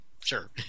Sure